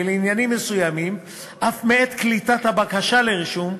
ולעניינים מסוימים אף מעת קליטת הבקשה לרישום,